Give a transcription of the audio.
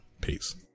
Peace